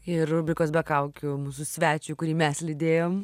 ir rubrikos be kaukių mūsų svečiui kurį mes lydėjom